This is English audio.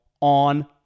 on